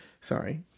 sorry